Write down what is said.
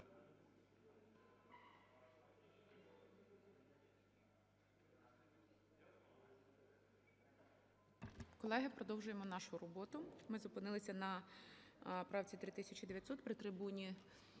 Колеги, продовжуємо нашу роботу. Ми зупинилися на правці 3900. При трибуні